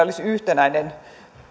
olisi yhtenäinen